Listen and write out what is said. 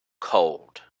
cold